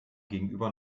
gegenüber